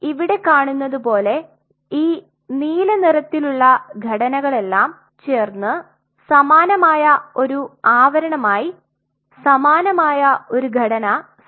നിങ്ങൾ ഇവിടെ കാണുന്നതുപോലെ ഈ നീല നിറത്തിൽ ഉള്ള ഘടനകൾ എല്ലാം ചേർന്ന് സമാനമായ ഒരു ആവരണമായി സമാനമായ ഒരു ഘടന സൃഷ്ടിക്കുന്നു